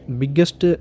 biggest